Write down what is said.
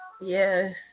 Yes